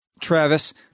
Travis